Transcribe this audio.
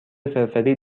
فرفری